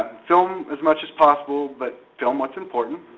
film as much as possible, but film what's important.